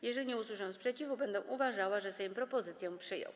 Jeżeli nie usłyszę sprzeciwu, będę uważała, że Sejm propozycję przyjął.